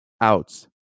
outs